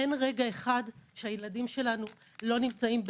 אין רגע אחד שהילדים שלנו לא נמצאים במעש,